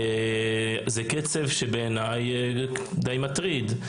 זה קצב שבעיניי די מטריד,